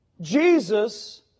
Jesus